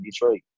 Detroit